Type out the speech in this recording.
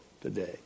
today